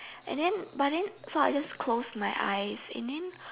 and then but then so I just closed my eyes and then